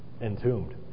entombed